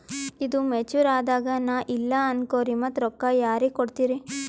ಈದು ಮೆಚುರ್ ಅದಾಗ ನಾ ಇಲ್ಲ ಅನಕೊರಿ ಮತ್ತ ರೊಕ್ಕ ಯಾರಿಗ ಕೊಡತಿರಿ?